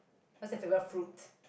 what's your favorite fruit